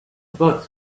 books